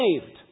saved